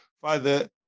father